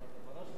תרשה לי,